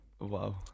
Wow